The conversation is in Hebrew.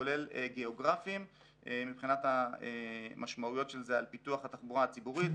כולל גיאוגרפיים מבחינת המשמעויות של זה על פיתוח התחבורה הציבורית,